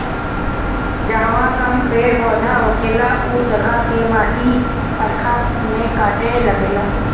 जहवा कम पेड़ पौधा होखेला उ जगह के माटी बरखा में कटे लागेला